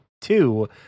two